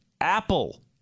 Apple